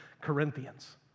Corinthians